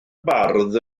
bardd